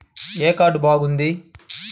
ఏ card బాగుంది?